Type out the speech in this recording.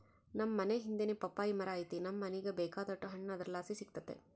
ನಮ್ ಮನೇ ಹಿಂದೆನೇ ಪಪ್ಪಾಯಿ ಮರ ಐತೆ ನಮ್ ಮನೀಗ ಬೇಕಾದೋಟು ಹಣ್ಣು ಅದರ್ಲಾಸಿ ಸಿಕ್ತತೆ